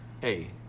hey